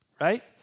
Right